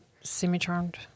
Semi-charmed